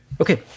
Okay